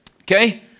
okay